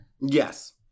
Yes